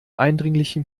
eindringlichen